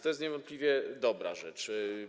To jest niewątpliwie dobra rzecz.